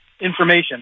information